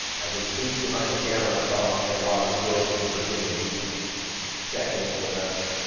i just peeked behind the camera and i saw my man, robert joyce, from virginia beach checking in with us,